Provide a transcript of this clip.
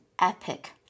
epic